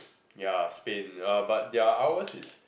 ya Spain uh but their hours is